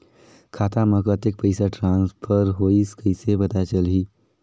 खाता म कतेक पइसा ट्रांसफर होईस कइसे पता चलही?